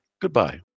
goodbye